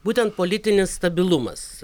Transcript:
būtent politinis stabilumas